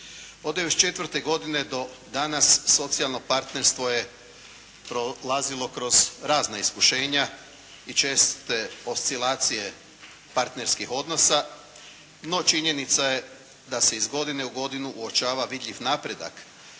Od 94. godine do danas socijalno partnerstvo je prolazilo kroz razna iskušenja i česte oscilacije partnerskih odnosa, no činjenica je da se iz godine u godinu uočava vidljiv napredak